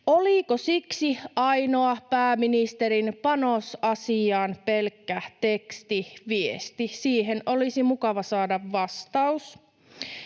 Oliko siksi ainoa pääministerin panos asiaan pelkkä tekstiviesti? Siihen olisi mukava saada vastaus.